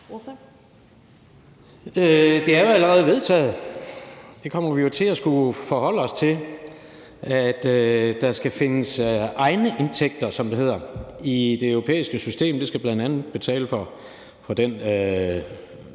Det er jo allerede vedtaget. Vi kommer jo til at skulle forholde os til, at der skal findes egne indtægter, som det hedder, i det europæiske system. Det skal bl.a. betale for den